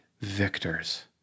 victors